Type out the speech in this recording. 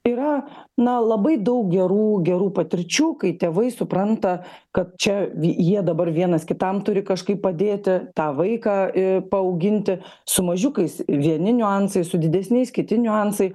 yra na labai daug gerų gerų patirčių kai tėvai supranta kad čia jie dabar vienas kitam turi kažkaip padėti tą vaiką paauginti su mažiukais vieni niuansai su didesniais kiti niuansai